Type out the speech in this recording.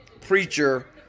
preacher